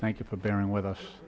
thank you for bearing with us